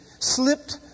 Slipped